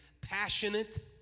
passionate